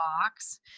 box